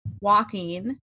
walking